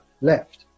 left